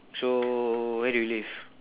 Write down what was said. so where do you live